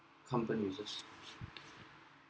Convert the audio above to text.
company uses